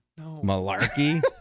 Malarkey